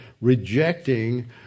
rejecting